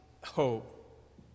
hope